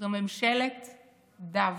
זו ממשלת דווקא.